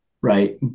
right